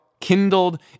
kindled